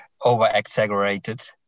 over-exaggerated